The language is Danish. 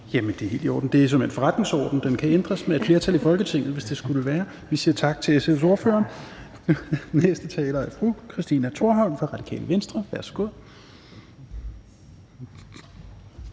Det er helt i orden. Det er såmænd forretningsorden, og den kan ændres med et flertal i Folketinget, hvis det skulle være. Vi siger tak til SF's ordfører. Den næste taler er fru Christina Thorholm fra Radikale Venstre. Værsgo,